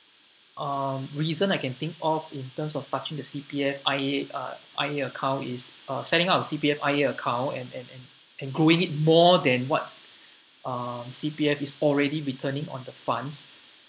um reason I can think of in terms of touching the C_P_F I_A uh I_A account is uh setting up a C_P_F I_A account and and and and growing it more than what uh C_P_F is already returning on the funds